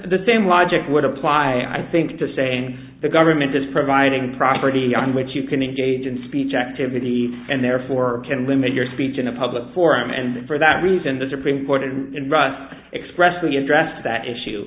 the same logic would apply i think to say the government is providing property on which you can engage in speech activity and therefore can limit your speech in a public forum and for that reason the supreme court in russia expressly addressed that issue